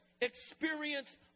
experience